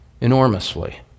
enormously